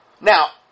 Now